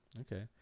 okay